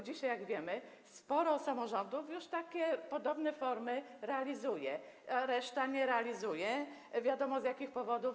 Dzisiaj, jak wiemy, sporo samorządów już podobne formy realizuje, a reszta nie realizuje, wiadomo, z jakich powodów.